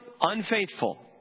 unfaithful